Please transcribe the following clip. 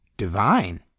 Divine